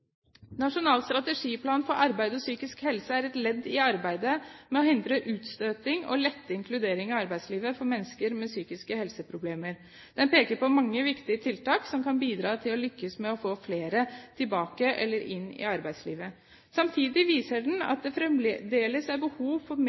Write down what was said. Nasjonal strategiplan for arbeid og psykisk helse er et ledd i arbeidet med å hindre utstøting og lette inkludering i arbeidslivet for mennesker med psykiske helseproblemer. Den peker på mange viktige tiltak som kan bidra til å lykkes med å få flere tilbake eller inn i arbeidslivet. Samtidig viser den at det fremdeles er behov for mer